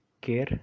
care